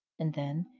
and then,